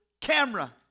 camera